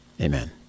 Amen